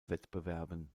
wettbewerben